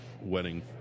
wedding